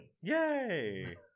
Yay